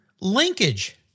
Linkage